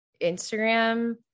Instagram